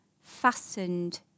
fastened